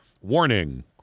warning